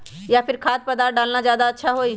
या फिर खाद्य पदार्थ डालना ज्यादा अच्छा होई?